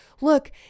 look